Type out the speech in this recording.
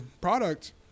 product